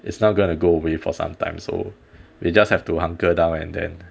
it's not going to go away for some time so we just have to hunker down and then